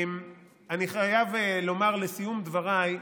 אני חייב לומר, לסיום דבריי,